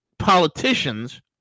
politicians